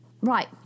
right